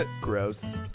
Gross